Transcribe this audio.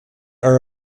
are